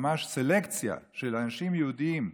ממש סלקציה של אנשים יהודים,